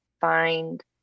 find